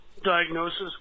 diagnosis